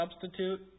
substitute